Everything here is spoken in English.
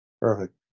Perfect